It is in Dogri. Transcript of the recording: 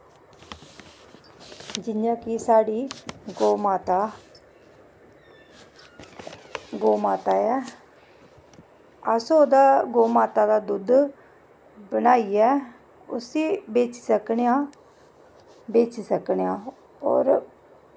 जि'यां कि साढ़ी गौऽ माता गौऽ माता ऐ अस ओह्दा गौऽ माता दा दुद्ध बनाइयै उसी बेची सकने आं बेची सकने आं होर